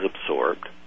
absorbed